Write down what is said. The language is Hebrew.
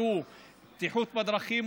שהוא הבטיחות בדרכים,